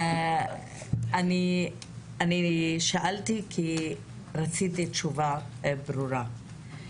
אני שאלתי כי רציתי תשובה ברורה.